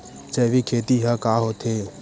जैविक खेती ह का होथे?